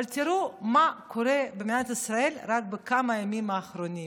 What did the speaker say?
אבל תראו מה קורה במדינת ישראל רק בכמה הימים האחרונים.